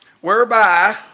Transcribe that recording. whereby